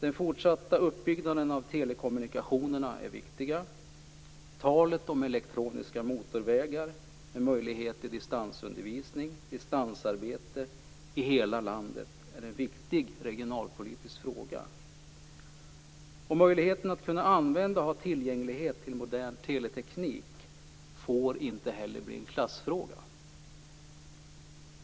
Den fortsatta uppbyggnaden av telekommunikationerna är viktig. Talet om elektroniska motorvägar, med möjlighet till distansundervisning och distansarbete i hela landet, är en viktig regionalpolitisk fråga. Möjligheten att använda och ha tillgång till modern teleteknik får inte heller bli en klassfråga.